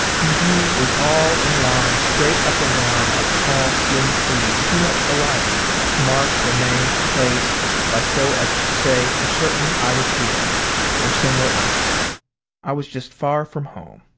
the view was all in lines straight up and down of tall slim trees too much alike to mark or name a place by so as to say for certain i was here or somewhere else i was just far from home.